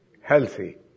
healthy